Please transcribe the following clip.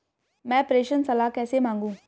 मैं प्रेषण सलाह कैसे मांगूं?